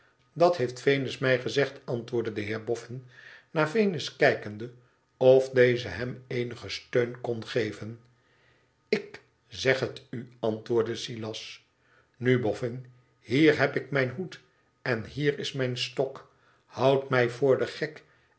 dat heeft venus mij gezegd antwoordde de heer boffin naar venus kijkende of deze hem eenigen steun kon geven ik zeg het u antwoordde silas inu boffin hier heb ik mijn hoed en hier is mijn stok houd mij voor den gek